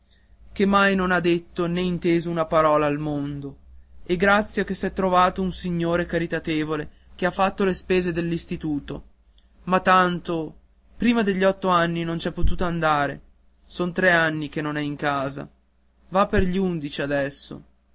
che mai non ha detto né inteso una parola al mondo e grazia che s'è trovato un signore caritatevole che ha fatto le spese dell'istituto ma tanto prima degli otto anni non c'è potuta andare son tre anni che non è in casa va per gli undici adesso